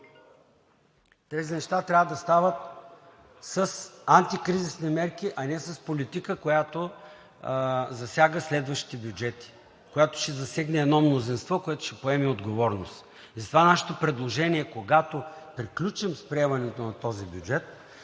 тези неща трябва да стават с антикризисни мерки, а не с политика, която засяга следващите бюджети, която ще засегне едно мнозинство, което ще поеме отговорност. Затова нашето предложение, когато приключим с приемането на този бюджет,